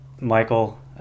Michael